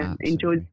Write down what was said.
Enjoy